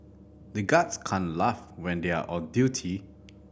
the guards can't laugh when they are on duty